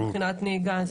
מבחינת נהיגה,